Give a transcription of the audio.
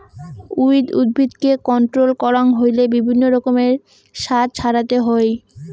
weed উদ্ভিদকে control করাং হইলে বিভিন্ন রকমের সার ছড়াতে হই